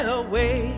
away